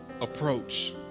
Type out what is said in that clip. approach